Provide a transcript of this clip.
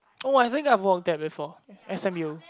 oh I think I walked that before S_M_U